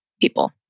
people